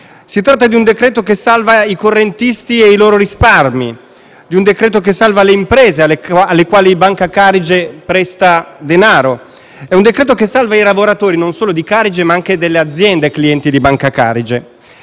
Si tratta di un decreto-legge che salva i correntisti e i loro risparmi; di un decreto che salva le imprese alle quali Banca Carige presta denaro; di un decreto che salva i lavoratori, non solo di Carige, ma anche delle aziende clienti di Banca Carige.